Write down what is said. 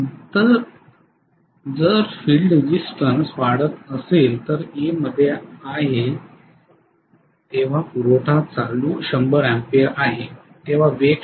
तर जर field resistance वाढत असेल तर A मध्ये आहे तेव्हा पुरवठा चालू 100 Ampere आहे तेव्हा वेग शोधा